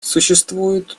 существуют